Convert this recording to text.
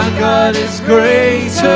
god is greater.